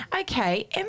Okay